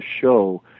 show